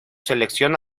selección